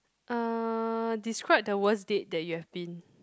uh describe the worst date that you have been